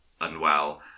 unwell